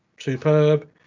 superb